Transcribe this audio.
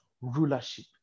rulership